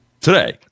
Today